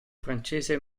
francese